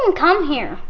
and come here?